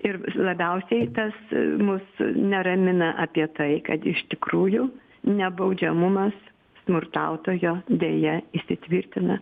ir labiausiai tas mus neramina apie tai kad iš tikrųjų nebaudžiamumas smurtautojo deja įsitvirtina